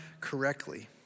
correctly